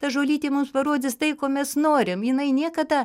ta žolytė mums parodys tai ko mes norim jinai niekada